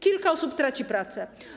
Kilka osób traci pracę.